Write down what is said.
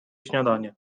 śniadanie